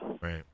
Right